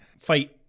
fight